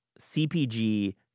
CPG